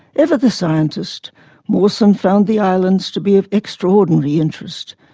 ever the scientist, mawson found the islands to be of extraordinary interest,